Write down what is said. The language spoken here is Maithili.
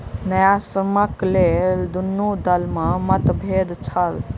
न्यायसम्यक लेल दुनू दल में मतभेद छल